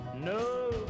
no